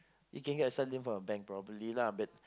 you can get yourself linked from a bank probably lah but